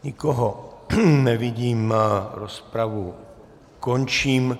Nikoho nevidím, rozpravu končím.